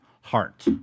heart